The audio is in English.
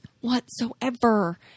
whatsoever